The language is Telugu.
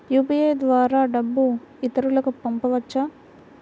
యూ.పీ.ఐ ద్వారా డబ్బు ఇతరులకు పంపవచ్చ?